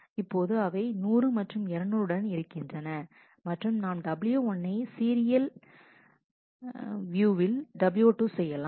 இப்போது அவை 100 மற்றும் 200 உடன் இருக்கின்றன மற்றும் நாம் w1 னை தொடர்ந்து w2 செய்யலாம்